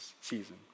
season